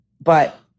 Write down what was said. But-